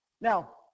Now